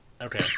Okay